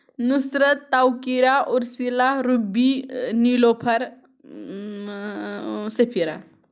Nusrat Taukira Ursila Ruby Nilofar Safira